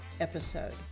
episode